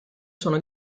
sono